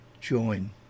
join